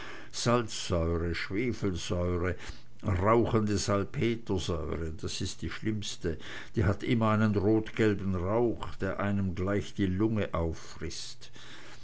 salzsäure schwefelsäure rauchende salpetersäure das ist die schlimmste die hat immer einen rotgelben rauch der einem gleich die lunge anfrißt